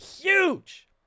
huge